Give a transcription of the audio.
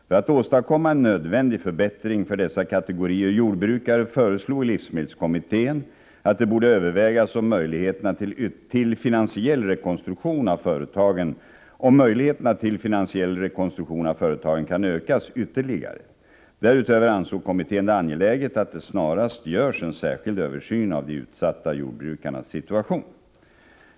För att åstadkomma en nödvändig förbättring för dessa kategorier jordbrukare föreslog livsmedelskommittén att det borde övervägas om möjligheterna till finansiell rekonstruktion av företagen kan ökas ytterligare. Därutöver ansåg kommittén det angeläget att det snarast görs en särskild översyn av de utsatta jordbrukarnas situation.